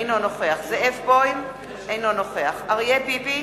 אינו נוכח זאב בוים, אינו נוכח אריה ביבי,